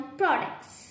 products